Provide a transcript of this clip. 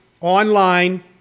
online